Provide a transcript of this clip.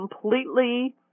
completely